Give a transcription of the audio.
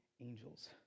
angels